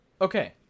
Okay